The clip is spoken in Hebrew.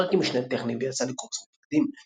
הוכשר כמשנה טכני ויצא לקורס מפקדים.